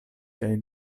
kaj